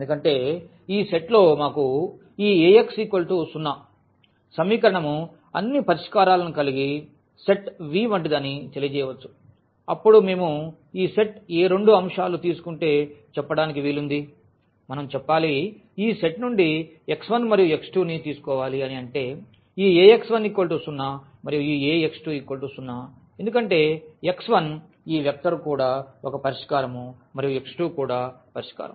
ఎందుకంటే ఈ సెట్లో మాకు ఈ Ax 0 సమీకరణం అన్ని పరిష్కారాలను కలిగి సెట్ V వంటిదని తెలియజేయవచ్చు అప్పుడు మేము ఈ సెట్ ఏ రెండు అంశాలు తీసుకుంటే చెప్పడానికి వీలుంది మనం చెప్పాలి ఈ సెట్ నుండి x1 మరియు X2ని తీసుకోవాలి అని అంటే ఈ Ax1 0 మరియు Ax2 0 ఎందుకంటే x1 ఈ వెక్టర్ కూడా ఒక పరిష్కారం మరియు x2 కూడా పరిష్కారం